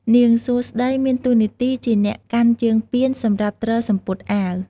នាងសួស្ដីមានតួនាទីជាអ្នកកាន់ជើងពានសម្រាប់ទ្រសំពត់អាវ។